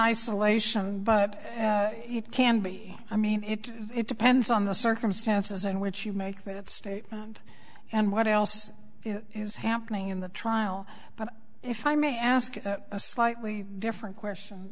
isolation but it can be i mean it depends on the circumstances in which you make that statement and what else is happening in the trial but if i may ask a slightly different question